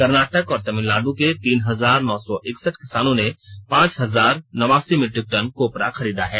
कर्नाटक और तमिलनाड् के तीन हजार नौ सौ इकसठ किसानों से पांच हजार नवासी मीट्रिक टन कोपरा खरीदा गया है